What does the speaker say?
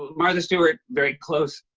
martha stewart very close.